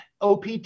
opt